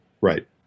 Right